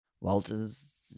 Walters